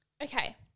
Okay